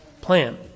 plan